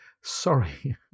sorry